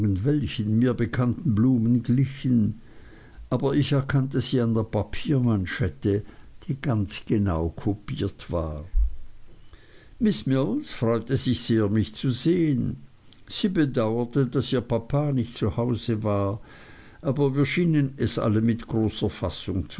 mir bekannten blumen glichen aber ich erkannte sie an der papiermanschette die ganz genau kopiert war miß mills freute sich sehr mich zu sehen sie bedauerte daß ihr papa nicht zu hause war aber wir schienen es alle mit großer fassung